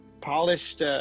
polished